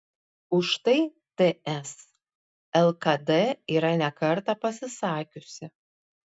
už tai ts lkd yra ne kartą pasisakiusi